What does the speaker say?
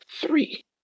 three